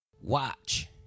Watch